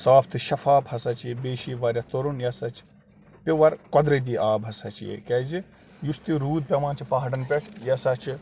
صاف تہٕ شفاف ہسا چھِ یہِ بیٚیہِ چھِ یہِ واریاہ تُرُن یہِ ہسا چھِ پیُور قۄدرٔتی آب ہسا چھِ یہِ کیٛازِ یُس تہِ روٗد پٮ۪وان چھِ پہاڑَن پٮ۪ٹھ یہِ ہسا چھِ